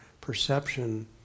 perception